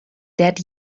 dead